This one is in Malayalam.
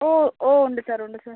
ഓ ഓ ഉണ്ട് സാർ ഉണ്ട് സാർ